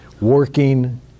working